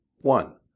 One